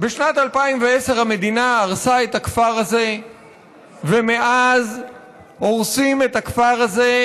היא לא דבר שאפשר לדרוס אותו ולא דבר שאפשר להתעלם ממנו.